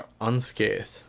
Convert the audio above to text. Unscathed